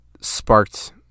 sparked